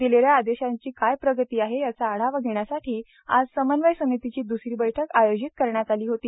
दिलेल्या आदेशाची काय प्रगती आहे याचा आढावा घेण्यासाठी आज समन्वयन समितीची दुसरी बैठक आयोजित करण्यात आली होती